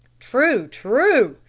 true, true,